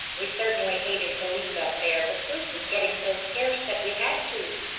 we certainly hated to leave up there, but food was getting so scarce that we had to.